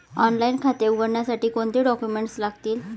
Online खाते उघडण्यासाठी कोणते डॉक्युमेंट्स लागतील?